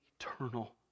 eternal